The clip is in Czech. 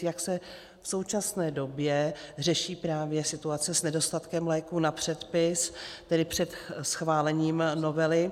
Jak se v současné době řeší právě situace s nedostatkem léků na předpis, tedy před schválením novely?